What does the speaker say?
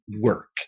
work